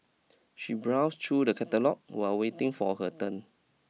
she browse through the catalogue while waiting for her turn